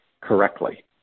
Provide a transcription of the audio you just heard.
correctly